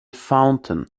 fountain